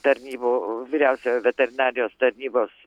tarnybų vyriausiojo veterinarijos tarnybos